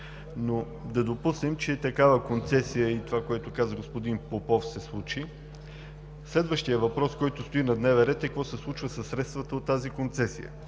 но да допуснем, че такава концесия и това, което каза господин Попов, се случи, следващият въпрос, който стои на дневен ред, е: какво се случва със средствата от тази концесия